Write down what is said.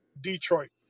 Detroit